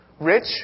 Rich